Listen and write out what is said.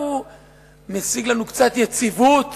הוא משיג לנו קצת יציבות